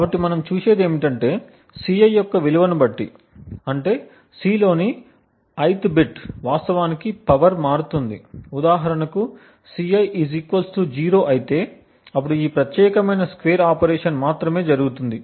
కాబట్టి మనం చూసేది ఏమిటంటే Ci యొక్క విలువను బట్టి అంటే C లోని ith బిట్ వాస్తవానికి పవర్ మారుతుంది ఉదాహరణకు Ci 0 అయితే అప్పుడు ఈ ప్రత్యేకమైన స్క్వేర్ ఆపరేషన్ మాత్రమే జరుగుతుంది